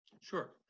Sure